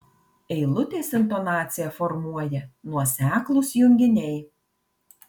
eilutės intonaciją formuoja nuoseklūs junginiai